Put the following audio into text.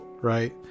right